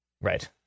Right